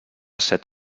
set